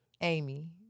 Amy